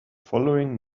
following